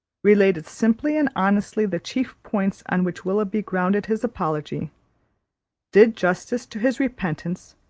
related simply and honestly the chief points on which willoughby grounded his apology did justice to his repentance,